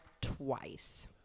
twice